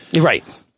Right